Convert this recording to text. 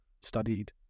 studied